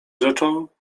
rzeczą